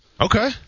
Okay